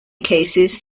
cases